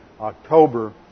October